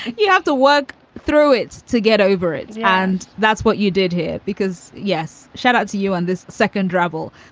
you have to work through it to get over it and that's what you did here because. yes, shout out to you on this second level.